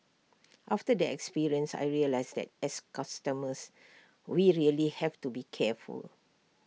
after the experience I realised that as consumers we really have to be careful